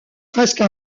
presque